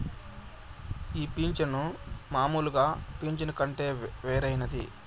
ఈ పింఛను మామూలు పింఛను కంటే వేరైనది